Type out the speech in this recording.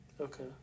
okay